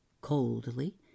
coldly